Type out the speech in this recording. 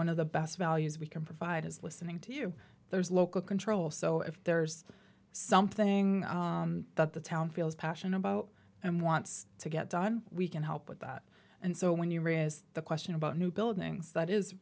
one of the best values we can provide is listening to you there's local control so if there's something that the town feels passion about and wants to get done we can help with that and so when you realize the question about new buildings that is